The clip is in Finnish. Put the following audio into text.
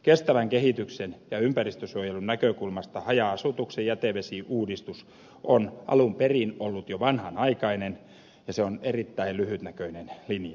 kestävän kehityksen ja ympäristönsuojelun näkökulmasta haja asutuksen jätevesiuudistus on alun perin ollut jo vanhanaikainen ja se on erittäin lyhytnäköinen linjaus